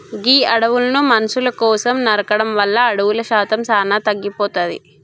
గీ అడవులను మనుసుల కోసం నరకడం వల్ల అడవుల శాతం సానా తగ్గిపోతాది